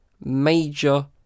major